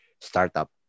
startup